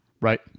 right